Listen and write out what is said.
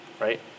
right